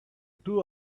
two